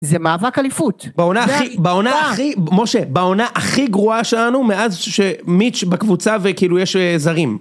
זה מאבק אליפות. בעונה הכי, בעונה הכי, משה, בעונה הכי גרועה שלנו מאז שמיץ' בקבוצה וכאילו יש זרים.